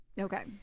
Okay